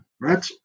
right